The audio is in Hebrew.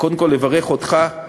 וקודם כול לברך אותך,